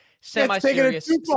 Semi-serious